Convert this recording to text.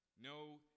no